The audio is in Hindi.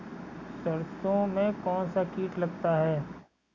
सरसों में कौनसा कीट लगता है?